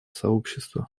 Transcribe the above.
сообщества